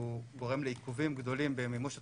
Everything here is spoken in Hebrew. גורם לעיכובים גדולים במימוש התוכניות,